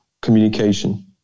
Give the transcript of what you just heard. communication